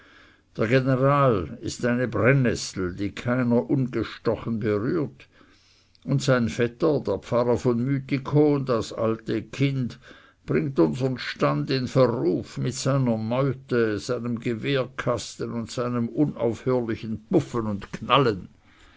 der general ist eine brennessel die keiner ungestochen berührt und sein vetter der pfarrer von mythikon das alte kind bringt unsern stand in verruf mit seiner meute seinem gewehrkasten und seinem unaufhörlichen puffen und knallen